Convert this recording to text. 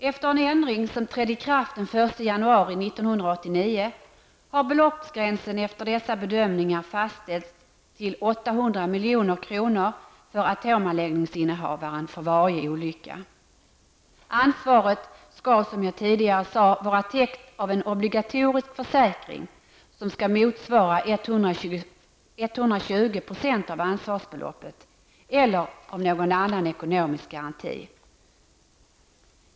1989 har beloppsgränsen efter dessa bedömningar fastställts för atomanläggningsinnehavaren till 800 Ansvaret skall vara täckt av en obligatorisk försäkring, som skall motsvara 120 % av ansvarsbeloppet, eller av någon annan ekonomisk garanti.